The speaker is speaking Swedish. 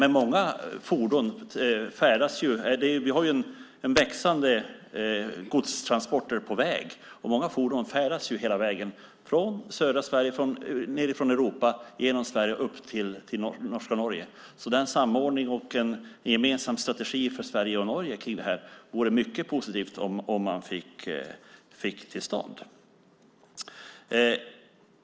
Vi har ett växande antal godstransporter på väg, och många fordon färdas från kontinenten, genom Sverige och upp till Nordnorge. Det vore därför mycket positivt om Sverige och Norge fick till stånd en samordning och gemensam strategi kring dessa frågor.